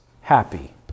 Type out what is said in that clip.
Happy